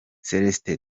celestin